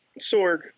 Sorg